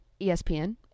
ESPN